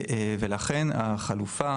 ולכן החלופה